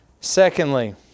Secondly